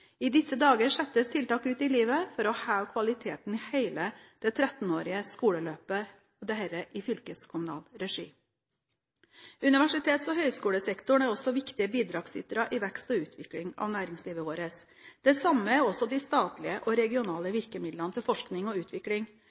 I disse dager settes tiltak ut i livet for å heve kvaliteten i hele det 13-årige skoleløpet, og dette er i fylkeskommunal regi. Universitets- og høgskolesektoren er også viktige bidragsytere i vekst og utvikling av næringslivet vårt. Det samme er også de statlige og regionale virkemidlene til forskning og utvikling.